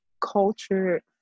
culture